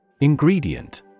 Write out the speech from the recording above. Ingredient